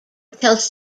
tells